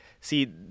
see